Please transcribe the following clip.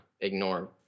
ignore